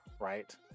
right